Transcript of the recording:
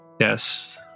Yes